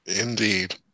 Indeed